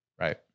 Right